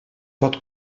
pot